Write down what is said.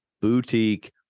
boutique